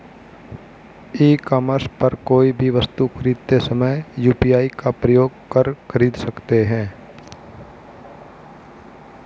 ई commerce पर कोई भी वस्तु खरीदते समय यू.पी.आई का प्रयोग कर खरीद सकते हैं